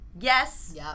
yes